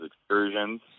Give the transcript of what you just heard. excursions